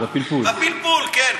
בפלפול, כן.